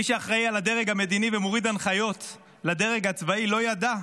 מי שאחראי על הדרג המדיני ומוריד הנחיות לדרג הצבאי לא ידע.